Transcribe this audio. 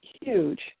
huge